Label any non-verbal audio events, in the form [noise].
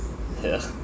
yeah [laughs]